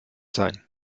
sein